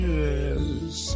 yes